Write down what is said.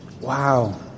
Wow